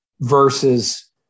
versus